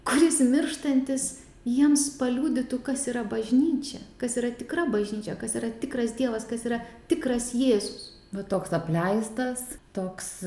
kuris mirštantis jiems paliudytų kas yra bažnyčia kas yra tikra bažnyčia kas yra tikras dievas kas yra tikras jėzus bet toks apleistas toks